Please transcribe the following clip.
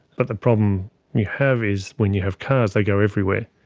but the problem you have is when you have cars they go everywhere,